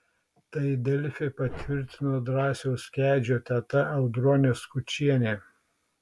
tai delfi patvirtino drąsiaus kedžio teta audronė skučienė